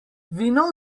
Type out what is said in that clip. vino